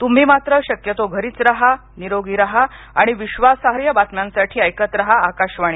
तुम्ही मात्र शक्यतो घरीच रहा निरोगी रहा आणि विश्वासार्ह बातम्यांसाठी ऐकत रहा आकाशवाणी